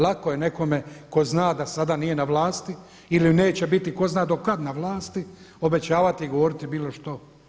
Lako je nekome tko zna da sada nije na vlasti ili neće biti tko zna do kada na vlasti, obećavati i govoriti bilo što.